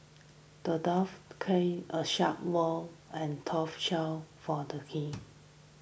the dwarf crafted a sharp sword and a tough shield for the king